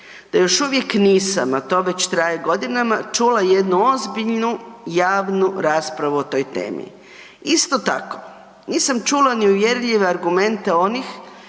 da još uvijek nisam, a to već traje godinama, čula jednu ozbiljnu javnu raspravu o toj temi. Isto tako, nisam čula ni uvjerljive argumente onih